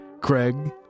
Craig